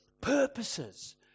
purposes